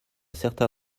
certain